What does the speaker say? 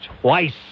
twice